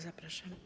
Zapraszam.